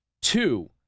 Two